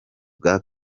bwa